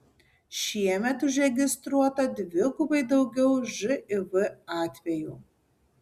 šiemet užregistruota dvigubai daugiau živ atvejų